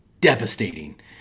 devastating